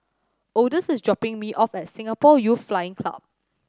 Odus is dropping me off at Singapore Youth Flying Club